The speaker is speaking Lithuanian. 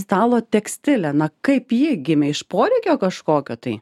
stalo tekstilė na kaip ji gimė iš poreikio kažkokio tai